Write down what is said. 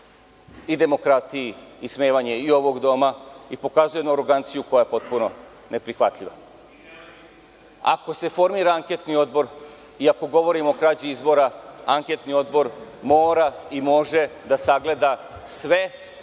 i demokratiji, ismevanje i ovog Doma i pokazuje na aroganciju koja je potpuno neprihvatljiva. Ako se formira anketni odbor i ako govorimo o krađi izbora, anketni odbor mora i može da sagleda sve